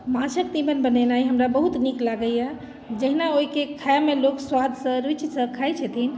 माछक तीमन बनेनाइ हमरा बहुत नीक लागैए जहिना ओहिके खाइमे लोक स्वादसँ रुचिसँ खाइत छथिन